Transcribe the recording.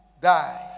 die